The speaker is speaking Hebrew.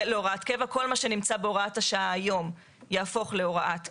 כל מה שנמצא בהוראת השעה היום יהפוך להוראת קבע.